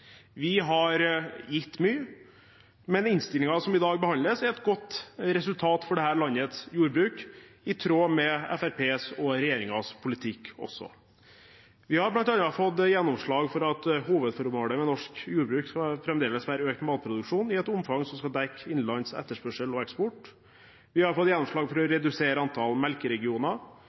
Vi har gitt mye, men innstillingen som i dag behandles, er et godt resultat for dette landets jordbruk, i tråd med Fremskrittspartiets og regjeringens politikk også. Vi har bl.a. fått gjennomslag for at hovedformålet med norsk jordbruk fremdeles skal være økt matproduksjon i et omfang som skal dekke innenlands etterspørsel og eksport. Vi har fått gjennomslag for å redusere antall melkeregioner.